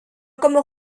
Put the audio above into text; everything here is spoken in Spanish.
como